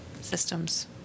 Systems